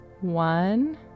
one